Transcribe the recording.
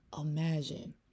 imagine